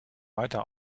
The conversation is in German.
weiter